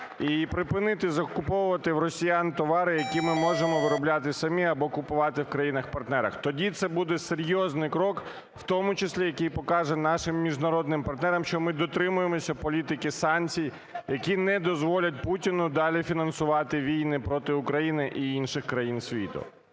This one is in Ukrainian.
і припинити закуповувати в росіян товари, які ми можемо виробляти самі або купувати в країнах-партнерах. Тоді це буде серйозний крок, в тому числі, який покаже нашим міжнародним партнерам, що ми дотримуємося політики санкцій, які не дозволять Путіну далі фінансувати війни проти України і інших країн світу.